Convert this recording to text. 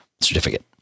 certificate